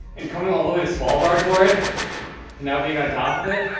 and coming all the way to svalbard for it and now being on top of it.